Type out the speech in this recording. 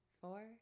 four